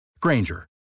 Granger